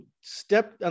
step